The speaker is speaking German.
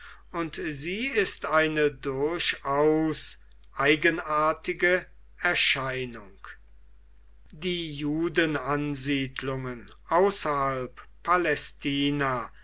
und sie ist eine durchaus eigenartige erscheinung die judenansiedlungen außerhalb palästina